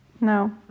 No